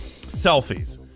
Selfies